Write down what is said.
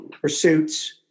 pursuits